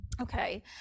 Okay